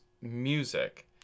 music